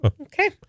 Okay